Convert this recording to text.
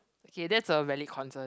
K that's a valid concern